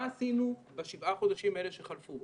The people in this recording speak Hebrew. מה עשינו בשבעה החודשים האלה שחלפו?